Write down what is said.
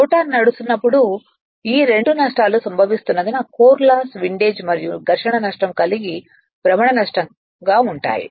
motor నడుస్తున్నప్పుడు ఈ రెండు నష్టాలు సంభవిస్తున్నందున కోర్ లాస్ విండేజ్ మరియు ఘర్షణ నష్టం కలిసి భ్రమణ నష్టంగా ఉంటాయి